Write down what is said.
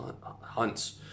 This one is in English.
hunts